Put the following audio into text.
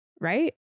right